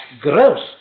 gross